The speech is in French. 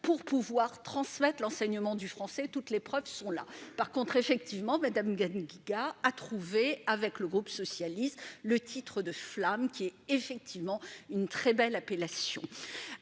pour pouvoir transmettre l'enseignement du français toutes les preuves sont là par contre effectivement madame Ghali Guiga a trouvé avec le groupe socialiste, le titre de flammes qui est effectivement une très belle appellation